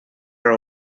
are